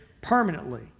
permanently